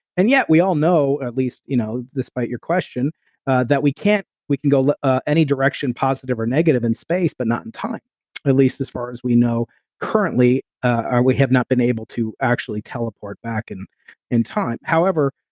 and yet, we all know, at least, you know despite your question that we can't, we can go like ah any direction, positive or negative in space but not in time at least, as far as we know currently, ah or we have not been able able to actually teleport back and in time. however,